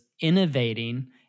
innovating